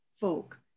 folk